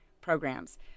programs